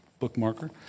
bookmarker